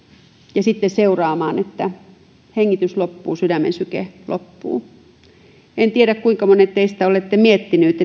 ja sitten seuraamaan että hengitys loppuu sydämen syke loppuu en tiedä kuinka monet teistä olette miettineet